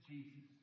Jesus